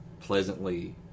pleasantly